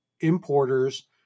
importers